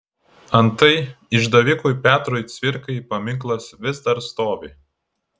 antai išdavikui petrui cvirkai paminklas vis dar stovi